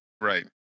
Right